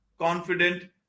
Confident